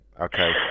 Okay